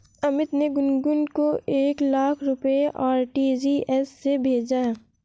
अमित ने गुनगुन को एक लाख रुपए आर.टी.जी.एस से भेजा